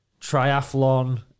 triathlon